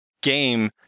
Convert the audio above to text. game